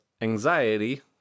anxiety